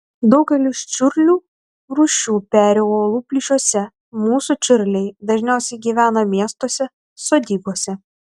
daugelis čiurlių rūšių peri uolų plyšiuose mūsų čiurliai dažniausiai gyvena miestuose sodybose